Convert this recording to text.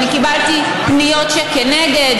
אני קיבלתי פניות שכנגד,